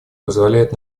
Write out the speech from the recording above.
позволяет